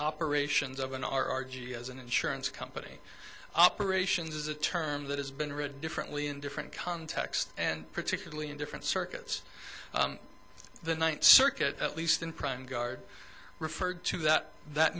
operations of an r r g as an insurance company operations is a term that has been written differently in different contexts and particularly in different circuits the ninth circuit at least in prime guard referred to that that